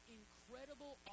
incredible